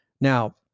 Now